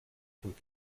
von